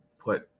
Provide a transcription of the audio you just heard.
put